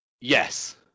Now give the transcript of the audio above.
Yes